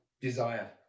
desire